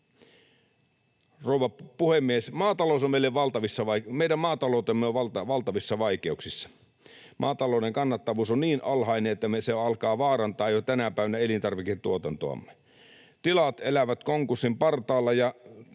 Rouva puhemies! Meidän maataloutemme on valtavissa vaikeuksissa. Maatalouden kannattavuus on niin alhainen, että se alkaa tänä päivänä jo vaarantaa elintarviketuotantoamme. Tilat elävät konkurssin partaalla,